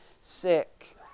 sick